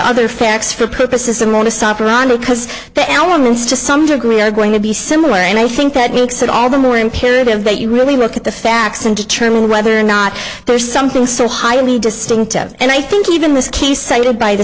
other facts for purposes and want to stop around because the elements to some degree are going to be similar and i think that makes it all the more imperative that you really look at the facts and determine whether or not there's something so highly distinctive and i think even this case cited by the